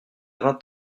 vingt